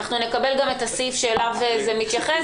אנחנו גם נקבל את הסעיף שאליו זה מתייחס,